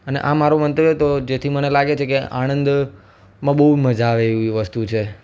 અને આ મારો મંતવ્ય હતો જેથી મને લાગે છે કે આણંદ માં બહુ મજા આવે એવી વસ્તુ છે